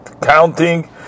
counting